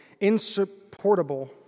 insupportable